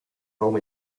home